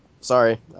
sorry